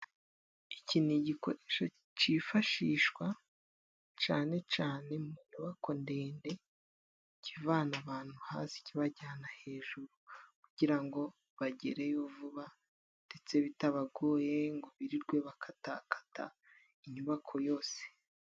Iki ni igikoresho cifashishwa cane cane mu nyubako ndende, kivana abantu hasi kibajyana hejuru kugira ngo bagereyo vuba ndetse bitabagoye ngo birirwe bakatakata inyubako yose.